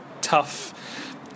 tough